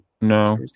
No